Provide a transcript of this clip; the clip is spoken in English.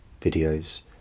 videos